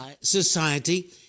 society